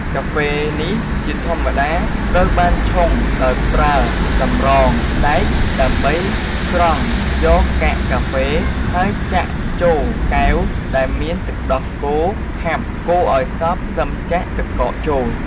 កាហ្វេនេះជាធម្មតាត្រូវបានឆុងដោយប្រើតម្រងដែកដើម្បីស្រង់យកកាកកាហ្វេ ហើយចាក់ចូលកែវដែលមានទឹកដោះគោខាប់ កូរឱ្យសព្វសឹមចាក់ទឹកកកចូល។